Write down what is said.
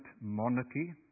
monarchy